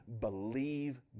Believe